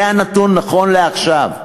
זה הנתון נכון לעכשיו.